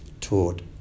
taught